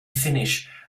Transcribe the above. finnish